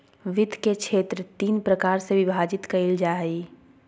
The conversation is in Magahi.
वित्त के क्षेत्र तीन प्रकार से विभाजित कइल जा हइ